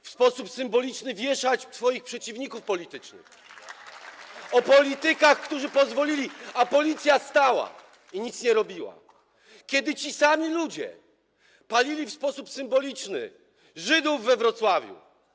w sposób symboliczny wieszać swoich przeciwników politycznych, o politykach, którzy pozwolili, a Policja stała i nic nie robiła, kiedy ci sami ludzie palili w sposób symboliczny Żydów we Wrocławiu.